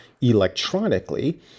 electronically